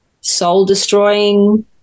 soul-destroying